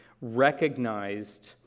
recognized